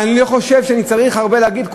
אני לא חושב שאני צריך להגיד הרבה.